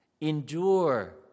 Endure